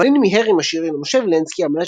ואלין מיהר עם השיר למשה וילנסקי על מנת